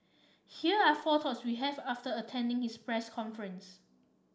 here are four thoughts we have after attending his press conference